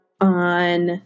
on